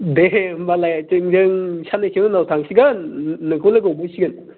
दे होम्बालाय जों जों साननैसो उनाव थांसिगोन नोंखौ लोगो हमहैसिगोन